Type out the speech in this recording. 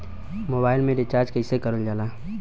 Mobile में recharge कइसे करल जाला?